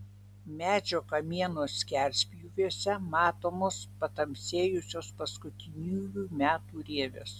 medžio kamieno skerspjūviuose matomos patamsėjusios paskutiniųjų metų rievės